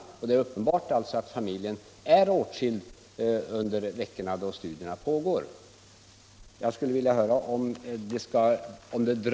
Det är alltså uppenbart att familjen är åtskild under de veckor då studierna pågår.